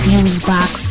Fusebox